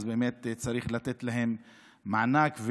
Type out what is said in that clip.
צריך לתת להם מענק,